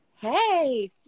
Hey